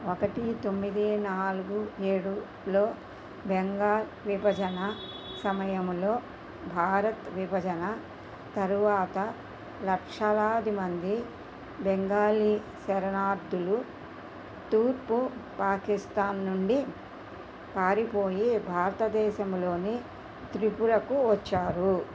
ఒకటి తొమ్మిది నాలుగు ఏడులో బెంగాల్ విభజన సమయములో భారత్ విభజన తరువాత లక్షలాది మంది బెంగాలీ శరణార్థులు తూర్పు పాకిస్తాన్ నుండి పారిపోయి భారతదేశంలోని త్రిపురకు వచ్చారు